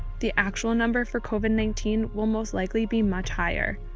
the actual number for covid nineteen will most likely be much higher,